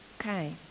Okay